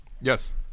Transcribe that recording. Yes